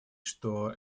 что